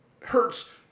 hurts